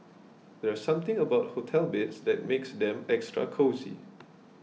there's something about hotel beds that makes them extra cosy